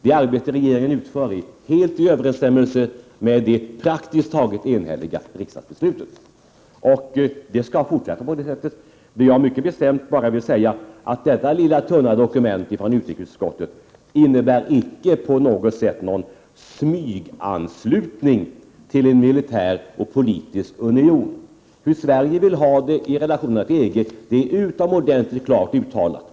Det arbete som regeringen utför är helt i överensstämmelse med det praktiskt taget enhälliga riksdagsbeslutet, och så skall det fortsätta. Jag vill mycket bestämt säga att detta tunna dokument från utrikesutskottet inte på något sätt innebär någon smyganslutning till någon militär och politisk union. Hur Sverige vill ha det i relationerna till EG är utomordentligt klart uttalat.